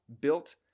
built